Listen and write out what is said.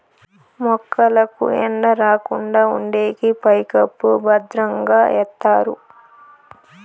మొక్కలకు ఎండ రాకుండా ఉండేకి పైకప్పు భద్రంగా ఎత్తారు